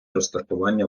розташування